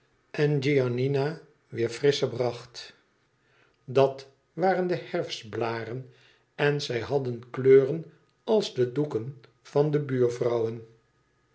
en giannina weer frissche bracht dat waren de herfstbliren en zij hadden kleuren ah de doeken van de buurvrouwen